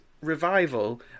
revival